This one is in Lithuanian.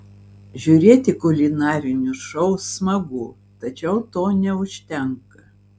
žiūrėti kulinarinius šou smagu tačiau to neužtenka